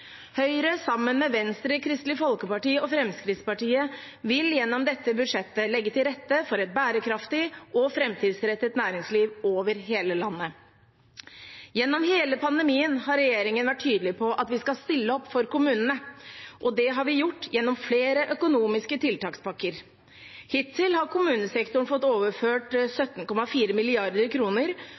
Høyre, sammen med Venstre, Kristelig Folkeparti og Fremskrittspartiet, vil gjennom dette budsjettet legge til rette for et bærekraftig og framtidsrettet næringsliv over hele landet. Gjennom hele pandemien har regjeringen vært tydelig på at vi skal stille opp for kommunene. Det har vi gjort gjennom flere økonomiske tiltakspakker. Hittil har kommunesektoren fått overført 17,4